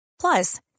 Plus